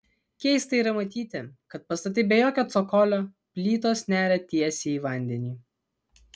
keista yra matyti kad pastatai be jokio cokolio plytos neria tiesiai į vandenį